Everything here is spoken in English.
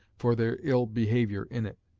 for their ill behaviour in it.